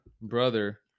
brother